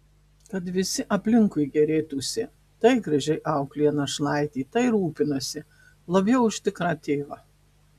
kad visi aplinkui gėrėtųsi tai gražiai auklėja našlaitį tai rūpinasi labiau už tikrą tėvą